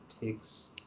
takes